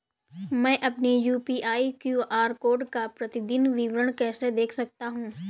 मैं अपनी UPI QR code का प्रतीदीन विवरण कैसे देख सकता हूँ?